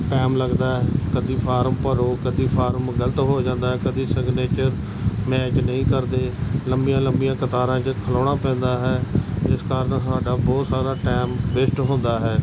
time ਲੱਗਦਾ ਕਦੇ form ਭਰੋ ਕਦੇ ਫਾਰਮ ਗਲਤ ਹੋ ਜਾਂਦਾ ਕਦੇ ਸਿਗਨੇਚਰ ਮੈਚ ਨਹੀਂ ਕਰਦੇ ਲੰਬੀਆਂ ਲੰਬੀਆਂ ਕਤਾਰਾਂ 'ਚ ਖਲੋਣਾ ਪੈਂਦਾ ਹੈ ਜਿਸ ਕਾਰਨ ਸਾਡਾ ਬਹੁਤ ਸਾਰਾ ਟਾਈਮ ਵੇਸਟ ਹੁੰਦਾ ਹੈ